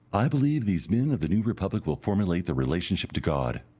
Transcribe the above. i believe, these men of the new republic will formulate their relationship to god.